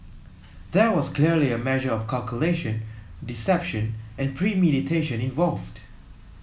there was clearly a measure of calculation deception and premeditation involved